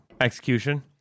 execution